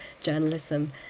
journalism